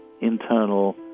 internal